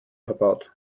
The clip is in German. verbaut